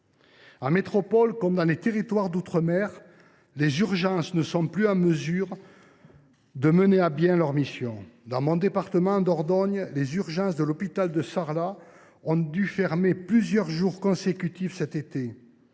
En métropole comme dans les territoires d’outre mer, les urgences ne sont plus en mesure de mener à bien leurs missions. Dans le département dont je suis élu, la Dordogne, les urgences de l’hôpital de Sarlat ont dû fermer plusieurs jours consécutifs cet été